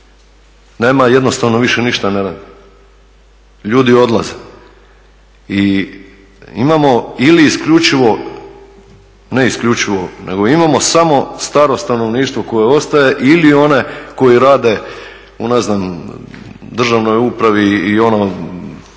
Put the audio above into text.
nema jednostavno više ništa ne radi, ljudi odlaze. I imamo ili isključivo ne isključivo nego imamo staro stanovništvo koje ostaje ili one koji rade u ne znam državnoj upravi i ono